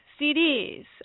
CDs